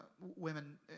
women